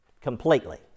completely